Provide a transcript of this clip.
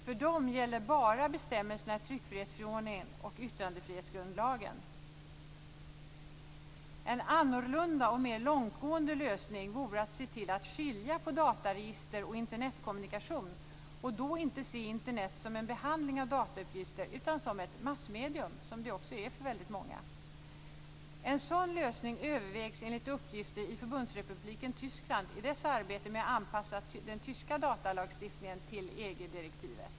För den gäller bara bestämmelserna i tryckfrihetsförordningen och yttrandefrihetsgrundlagen. En annorlunda och mer långtgående lösning vore att se till att skilja på dataregister och Internetkommunikation, och då inte se Internet som en behandling av datauppgifter utan som ett massmedium, som det ju också är för väldigt många. En sådan lösning övervägs enligt uppgift i Förbundsrepubliken Tyskland i dess arbete med att anpassa den tyska datalagstiftningen till EG-direktivet.